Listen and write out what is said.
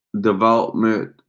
development